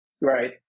Right